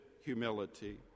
humility